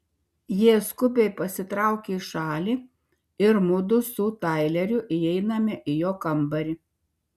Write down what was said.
jie skubiai pasitraukia į šalį ir mudu su taileriu įeiname į jo kambarį